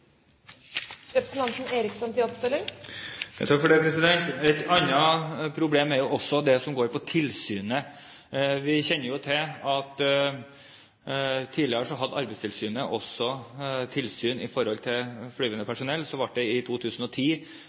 Et annet problem er det som går på tilsynet. Vi kjenner jo til at tidligere hadde Arbeidstilsynet tilsyn med flygende personell. Det ble i 2010 overført til Luftfartstilsynet. Ifølge de undersøkelsene som har kommet frem i